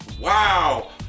wow